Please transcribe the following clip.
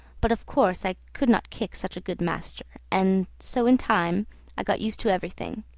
but of course i could not kick such a good master, and so in time i got used to everything,